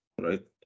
right